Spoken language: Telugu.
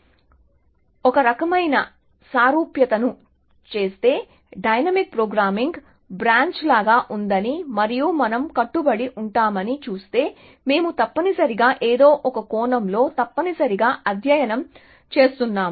కాబట్టి మీరు ఒక రకమైన సారూప్యతను చేస్తే డైనమిక్ ప్రోగ్రామింగ్ బ్రాంచ్ లాగా ఉందని మరియు మనం కట్టుబడి ఉంటామని చూస్తే మేము తప్పనిసరిగా ఏదో ఒక కోణంలో తప్పనిసరిగా అధ్యయనం చేస్తున్నాము